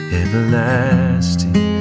everlasting